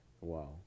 Wow